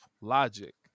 Logic